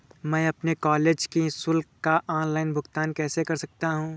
मैं अपने कॉलेज की शुल्क का ऑनलाइन भुगतान कैसे कर सकता हूँ?